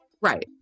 right